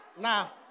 now